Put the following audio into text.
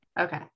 Okay